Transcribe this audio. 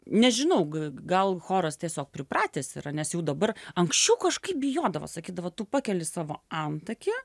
nežinau gal choras tiesiog pripratęs yra nes jau dabar anksčiau kažkaip bijodavo sakydavo tu pakeli savo antakį